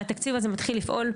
והתקציב הזה מתחיל לפעול.